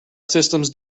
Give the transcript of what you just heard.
systems